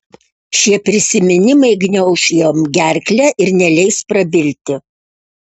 šie prisiminimai gniauš jam gerklę ir neleis prabilti